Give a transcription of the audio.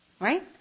right